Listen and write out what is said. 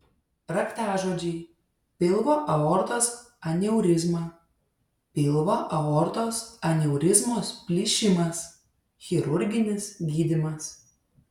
raktažodžiai pilvo aortos aneurizma pilvo aortos aneurizmos plyšimas chirurginis gydymas